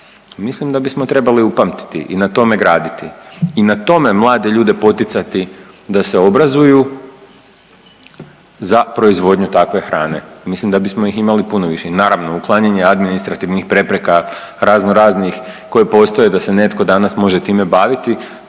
mislim da bismo trebali upamtiti i na tome graditi i na tome mlade ljude poticati da se obrazuju za proizvodnju takve hrane, mislim da bismo ih imali puno više i naravno uklanjanje administrativnih prepreka razno raznih koje postoje da se netko danas može time baviti